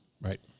right